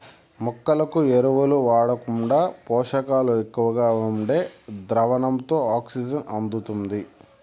మొక్కలకు ఎరువులు వాడకుండా పోషకాలు ఎక్కువగా ఉండే ద్రావణంతో ఆక్సిజన్ అందుతుంది